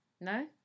no